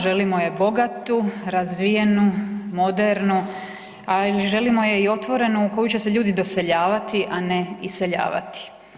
Želimo je bogatu, razvijenu, modernu, a želimo je i otvorenu u koju će se ljudi doseljavati, a ne iseljavati.